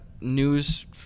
news